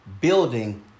building